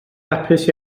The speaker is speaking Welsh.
hapus